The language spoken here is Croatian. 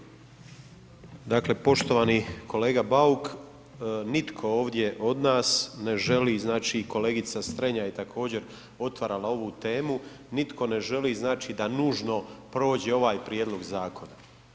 Dakle, poštovani kolega Bauk, nitko ovdje od nas ne želi znači i kolegica Strenja je također otvarala ovu temu, nitko ne želi znači da nužno prođe ovaj prijedlog zakona.